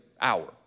hour